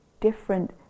different